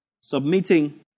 Submitting